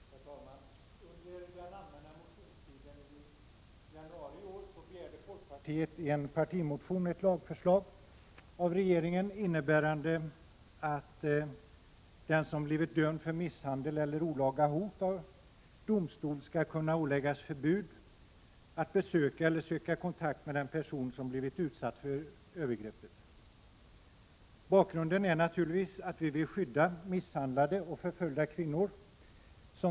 Herr talman! Under den allmänna motionstiden i januari i år begärde folkpartiet i en partimotion ett lagförslag av regeringen, innebärande att den som blivit dömd för misshandel eller olaga hot av domstol skall kunna åläggas förbud att besöka eller söka kontakt med den person som blivit utsatt för övergreppet. Bakgrunden är naturligtvis att vi vill skydda misshandlade och förföljda kvinnor.